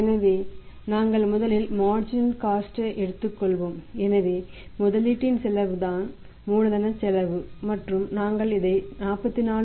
எனவே நாங்கள் முதலில் மார்ஜினல் காஸ்ட் க எடுத்துள்ளோம் எனவே முதலீட்டின் செலவு தான் மூலதனச் செலவு மற்றும் நாங்கள் இதை 44